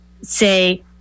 say